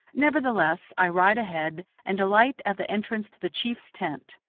nevertheless, i ride ahead and alight at the entrance to the chief's tent.